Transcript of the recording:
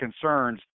concerns